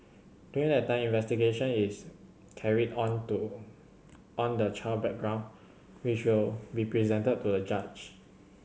during that time an investigation is carried on to on the child's background which will be presented to the judge